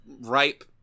ripe